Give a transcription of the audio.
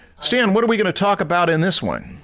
stan, what are we going to talk about in this one?